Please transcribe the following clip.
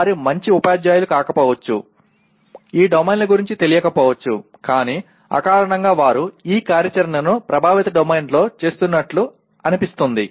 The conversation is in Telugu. వారు మంచి ఉపాధ్యాయులు కాకపోవచ్చు ఈ డొమైన్ల గురించి తెలియకపోవచ్చు కానీ అకారణంగా వారు ఈ కార్యాచరణను ప్రభావిత డొమైన్లో చేస్తున్నట్లు అనిపిస్తుంది